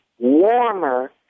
warmer